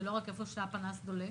ולא רק איפה שהפנס דולק.